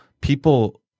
People